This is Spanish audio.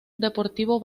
deportivo